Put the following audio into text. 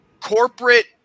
corporate